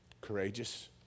Courageous